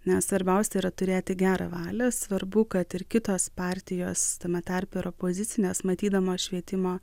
nes svarbiausia yra turėti gerą valią svarbu kad ir kitos partijos tame tarpe ir opozicinės matydamos švietimo